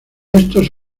estos